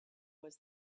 was